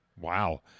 Wow